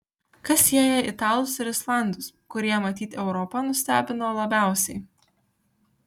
kas sieja italus ir islandus kurie matyt europą nustebino labiausiai